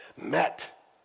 met